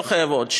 שלא חייבות,